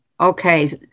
Okay